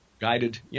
guided